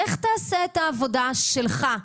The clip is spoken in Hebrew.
לך תעשה את העבודה שלך,